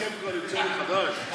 הסכם קואליציוני חדש?